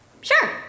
sure